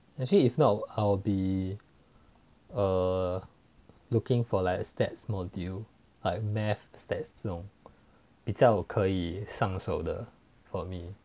actually if not I'll be err looking for like stats module like math starts 这种比较可以上手的 for me